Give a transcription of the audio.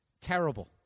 Terrible